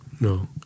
no